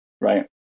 right